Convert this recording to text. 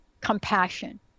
compassion